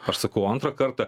aš sakau o antrą kartą